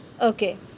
Okay